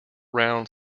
round